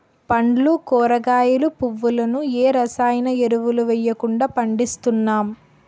పండ్లు కూరగాయలు, పువ్వులను ఏ రసాయన ఎరువులు వెయ్యకుండా పండిస్తున్నాం